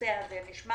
לנושא הזה, נשמע